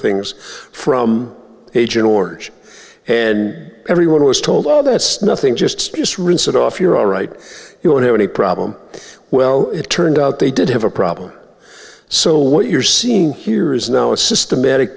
things from aging or each and every one was told oh that's nothing just just rinse it off you're all right you don't have any problem well it turned out they did have a problem so what you're seeing here is now a systematic